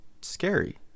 scary